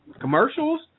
commercials